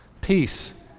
Peace